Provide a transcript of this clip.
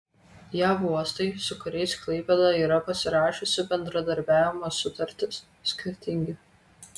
jav uostai su kuriais klaipėda yra pasirašiusi bendradarbiavimo sutartis skirtingi